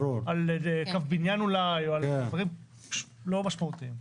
על קו בניין אולי, על דברים לא משמעותיים.